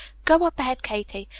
go up ahead, katie,